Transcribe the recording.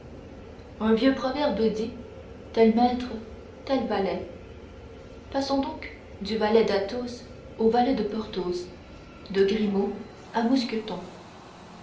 un vieux proverbe dit tel maître tel valet passons donc du valet d'athos au valet de porthos de grimaud à mousqueton